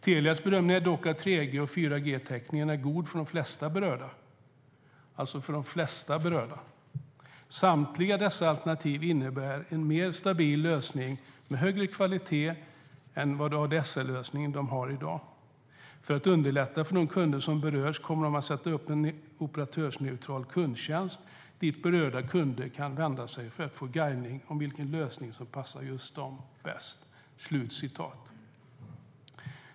Telias bedömning är dock att 3G/4G täckningen är god för de flesta berörda." Det vill säga: för de flesta berörda. "Samtliga dessa alternativ innebär en mer stabil lösning med högre kvalitet än den ADSL-lösning de idag har - För att underlätta för de kunder som berörs kommer det att sättas upp en operatörsneutral kundtjänst dit berörda kunder kan vända sig för att få guidning om vilken lösning som passar just dem bäst."